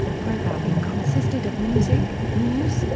programming consisted of music, news,